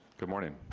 good morning.